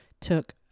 took